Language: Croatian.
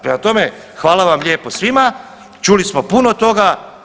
Prema tome, hvala vam lijepo svima, čuli smo puno toga.